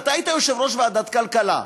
אתה היית יושב-ראש ועדת הכלכלה,